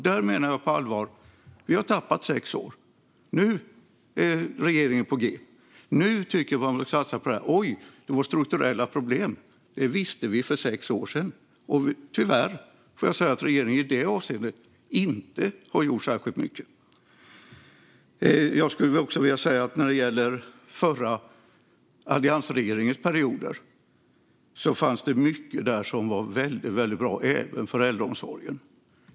Där menar jag på allvar att vi har tappat sex år. Nu är regeringen på g. Nu säger regeringen att man vill satsa på de strukturella problemen. Det visste vi för sex år sedan. Tyvärr får jag säga att regeringen i det avseendet inte har gjort särskilt mycket. När det gäller alliansregeringens mandatperioder fanns mycket som var bra även för äldreomsorgen.